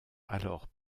alors